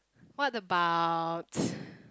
what about